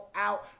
out